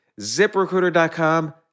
ZipRecruiter.com